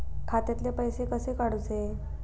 खात्यातले पैसे कसे काडूचे?